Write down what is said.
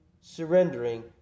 surrendering